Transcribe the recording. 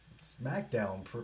SmackDown